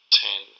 ten